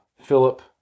Philip